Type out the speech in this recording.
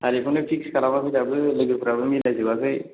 थारिकखौनो fix खालामाखै दाबो लोगोफ्राबो मिलायजोबाखै